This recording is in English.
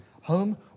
home